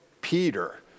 Peter